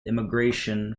immigration